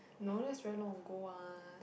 no that's very long ago what